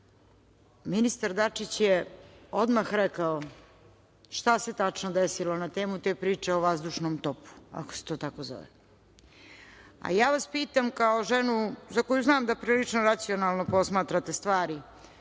pitanja. Ministar Dačić je odmah rekao šta se tačno desilo na temu te priče o vazdušnom topu, ako se to tako zove. A ja vas pitam kao ženu za koju znam da prilično racionalno posmatrate stvari,